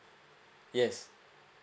yes